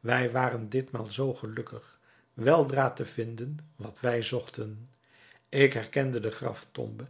wij waren ditmaal zoo gelukkig weldra te vinden wat wij zochten ik herkende de graftombe